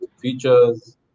features